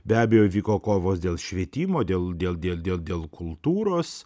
be abejo vyko kovos dėl švietimo dėl dėl dėl dėl kultūros